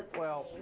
well,